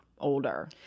Older